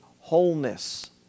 wholeness